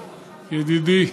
ידידי,